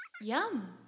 Yum